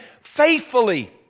faithfully